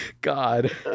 God